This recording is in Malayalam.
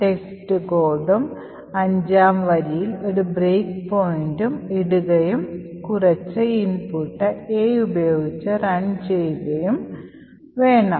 ടെസ്റ്റ് കോഡും 5 ാം വരിയിൽ ഒരു ബ്രേക്ക്പോയിന്റ് ഇടുകയും കുറച്ച് ഇൻപുട്ട് A ഉപയോഗിച്ച് റൺ ചെയ്യുകയും ചെയ്യുന്നു